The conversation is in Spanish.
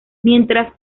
mientras